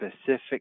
specific